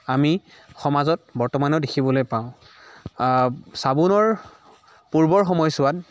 আমি সমাজত বৰ্তমানেও দেখিবলৈ পাওঁ চাবোনৰ পূৰ্বৰ সময়ছোৱাত